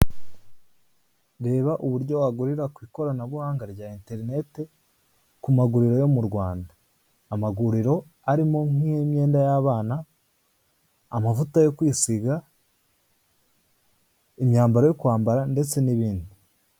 Reba uburyo wagurira ku ikoranabuhanga rya interineti ku maguriro yo mu Rwanda. Amaguriro arimo nk'imyenda y'abana, amavuta yo kwisiga imyambaro yo kwambara ndetse n'ibindi.